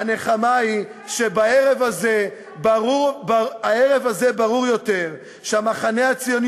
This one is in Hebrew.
הנחמה היא שבערב הזה ברור יותר שהמחנה הציוני